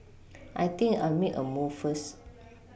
I think I'll make a move first